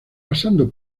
pasando